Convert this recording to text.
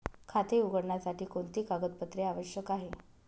खाते उघडण्यासाठी कोणती कागदपत्रे आवश्यक आहे?